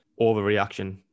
overreaction